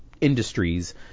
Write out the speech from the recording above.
industries